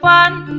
one